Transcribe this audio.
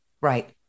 Right